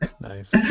Nice